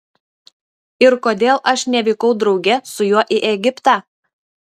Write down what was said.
ir kodėl aš nevykau drauge su juo į egiptą